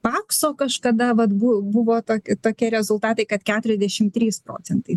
pakso kažkada vat buvo tokie rezultatai kad keturiasdešim trys procentai